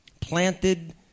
planted